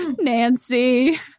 Nancy